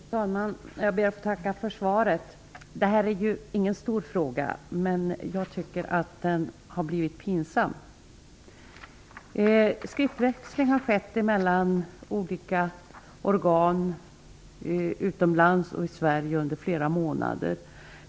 Fru talman! Jag ber att få tacka för svaret. Detta är ingen stor fråga, men jag tycker att den har blivit pinsam. Skriftväxling har skett mellan olika organ utomlands och i Sverige under flera månader.